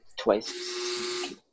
Twice